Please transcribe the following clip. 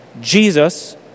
Jesus